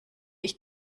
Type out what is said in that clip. ich